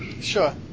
Sure